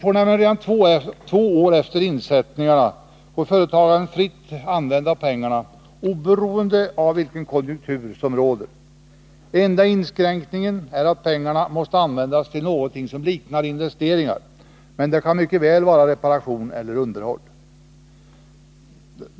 Redan två år efter insättningarna får nämligen företagaren fritt använda pengarna, oberoende av vilken konjunktur som råder. Enda inskränkningen är att pengarna måste användas till något som liknar investeringar, men det kan mycket väl vara reparation eller underhåll.